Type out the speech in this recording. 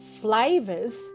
flavors